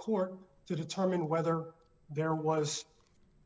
court to determine whether there was